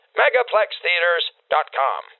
megaplextheaters.com